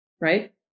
Right